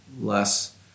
less